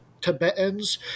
Tibetans